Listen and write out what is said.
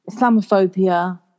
Islamophobia